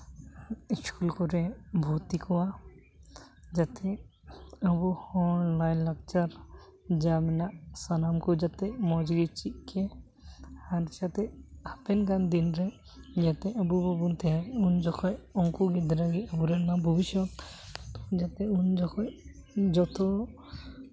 school ᱠᱚᱨᱮ ᱵᱷᱚᱨᱛᱤ ᱠᱚᱣᱟ ᱡᱟᱛᱮ ᱟᱵᱚ ᱦᱚᱲ ᱞᱟᱭᱼᱞᱟᱠᱪᱟᱨ ᱡᱟ ᱢᱮᱱᱟᱜ ᱥᱟᱱᱟᱢ ᱠᱚ ᱡᱟᱛᱮ ᱢᱚᱡᱽ ᱜᱮ ᱪᱮᱫ ᱠᱮ ᱟᱨ ᱡᱟᱛᱮ ᱦᱟᱯᱮᱱ ᱜᱟᱱ ᱫᱤᱱᱨᱮ ᱡᱟᱛᱮ ᱟᱵᱚ ᱵᱟᱵᱚᱱ ᱛᱟᱦᱮᱱ ᱩᱱ ᱡᱚᱠᱷᱚᱡ ᱩᱱᱠᱩ ᱜᱤᱫᱽᱨᱟᱹ ᱜᱮ ᱟᱵᱚᱨᱮᱱᱟᱜ ᱵᱷᱚᱵᱤᱥᱚᱛ ᱡᱟᱛᱮ ᱩᱱ ᱡᱚᱠᱷᱚᱡ ᱡᱚᱛᱚ